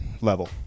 level